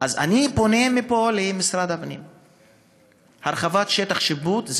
אני פונה מפה למשרד הפנים ואומר: הרחבת שטח שיפוט,